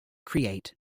create